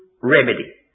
remedy